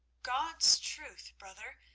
god's truth, brother,